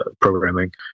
programming